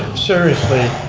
seriously.